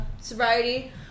sobriety